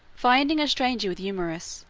finding a stranger with eumaeus,